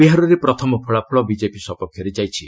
ବିହାରରେ ପ୍ରଥମ ଫଳାଫଳ ବିଜେପି ସପକ୍ଷରେ ଯାଇଛି